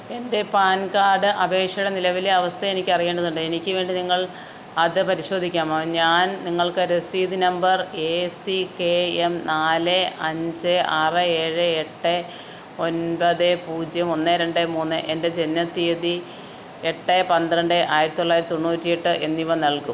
എൻ്റെ PAN card അപേക്ഷയുടെ നിലവിലെ അവസ്ഥയെനിക്ക് അറിയേണ്ടതുണ്ട് എനിക്ക് വേണ്ടി നിങ്ങൾക്ക് അത് പരിശോധിക്കാമോ ഞാൻ നിങ്ങൾക്ക് രസീത് number A C K M നാല് അഞ്ച് ആറ് ഏഴ് എട്ട് ഒൻപത് പൂജ്യം ഒന്ന് രണ്ട് മൂന്ന് എൻ്റെ ജനനത്തീയതി എട്ട് പന്ത്രണ്ട് ആയിരത്തി തൊള്ളായിരത്തി തൊണ്ണൂറ്റെട്ട് എന്നിവ നൽകും